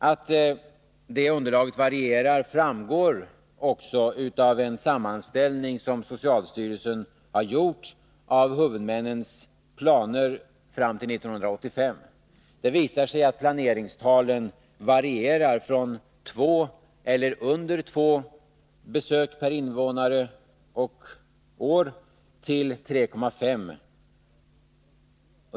Att detta underlag varierar framgår också av en sammanställning som socialstyrelsen har gjort av huvudmännens planer fram till 1985. Det visar sig att planeringstalen varierar från 2 eller därunder till 3,5 besök per år och invånare.